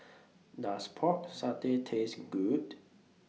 Does Pork Satay Taste Good